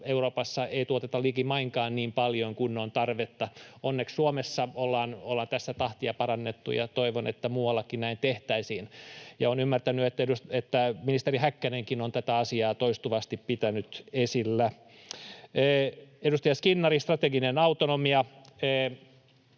Euroopassa ei tuoteta likimainkaan niin paljon kuin on tarvetta. Onneksi Suomessa ollaan tässä tahtia parannettu, ja toivon, että muuallakin näin tehtäisiin. Ja olen ymmärtänyt, että ministeri Häkkänenkin on tätä asiaa toistuvasti pitänyt esillä. Edustaja Skinnari: strateginen autonomia.